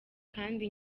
kandi